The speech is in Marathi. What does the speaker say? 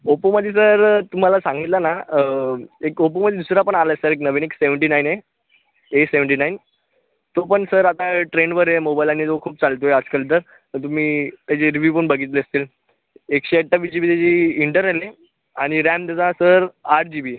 ओप्पोमध्ये जर तुम्हाला सांगितलं ना एक ओपोमध्ये दुसरा पण आलाय सर एक नवीन एक सेवंटी नाईन आहे ए सेवंटी नाईन तो पण सर आता ट्रेंडवर आहे मोबाईल आणि तो खूप चालतोय आजकाल तर तर तुम्ही त्याचे रिव्ह्यू पण बघितले असतील एकशे अठ्ठावीस जी बी त्याची इंटर्नल आहे आणि रॅम त्याचा सर आठ जी बी आहे